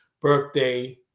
birthday